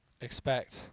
Expect